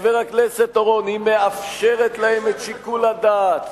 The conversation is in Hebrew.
היא מאפשרת להם את שיקול הדעת.